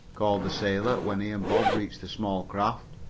called the sailor, when he and bob reached the small craft.